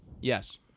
Yes